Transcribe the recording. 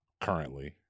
currently